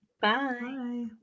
bye